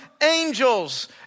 angels